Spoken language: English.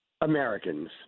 Americans